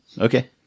Okay